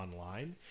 online